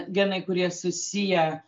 genai kurie susiję